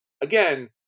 again